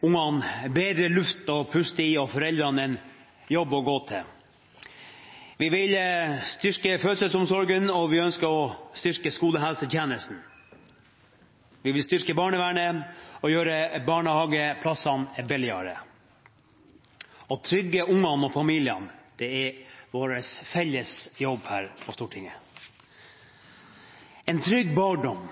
ungene bedre luft å puste i og foreldrene en jobb å gå til. Vi vil styrke fødselsomsorgen, og vi ønsker å styrke skolehelsetjenesten. Vi vil styrke barnevernet og gjøre barnehageplassene billigere. Å trygge ungene og familiene er vår felles jobb her på Stortinget – en trygg barndom